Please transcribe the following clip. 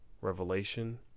Revelation